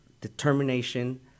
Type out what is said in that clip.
determination